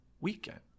weekend